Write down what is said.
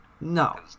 No